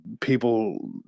people